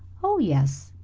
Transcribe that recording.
oh, yes,